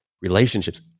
relationships